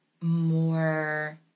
more